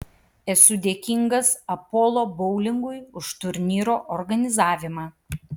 esu dėkingas apollo boulingui už turnyro organizavimą